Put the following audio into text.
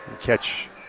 Catch